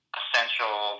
essential